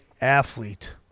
athlete